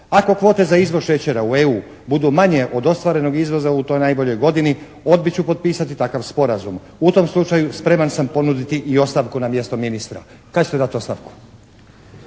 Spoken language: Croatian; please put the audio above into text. "Ako kvote za izvoz šećera u EU budu manje od ostvarenog izvoza u toj najboljoj godini, odbit ću potpisati takav sporazum. U tom slučaju spreman sam ponuditi i ostavku na mjestu ministra." Kad ćete dati ostavku?